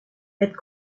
het